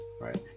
right